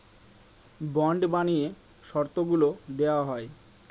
bond বানিয়ে শর্তগুলা দেওয়া হয়